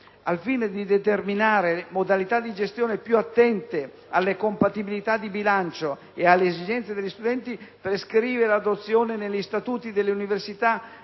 al fine di determinare modalità di gestione più attente alle compatibilità di bilancio e alle esigenze degli studenti, prescrive l'adozione negli statuti delle università